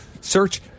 search